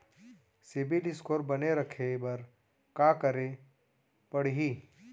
CIBIL score बने रखे बर का करे पड़ही?